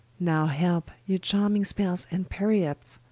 now helpe ye charming spelles and periapts,